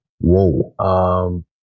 whoa